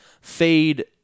fade